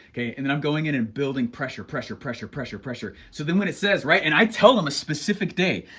okay, and then i'm going in and building pressure, pressure, pressure, pressure, pressure. so then when it says right, and i tell them a specific day,